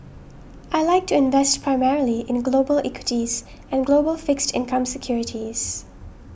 I like to invest primarily in global equities and global fixed income securities